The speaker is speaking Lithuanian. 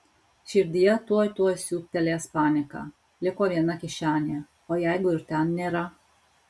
širdyje tuoj tuoj siūbtelės panika liko viena kišenė o jeigu ir ten nėra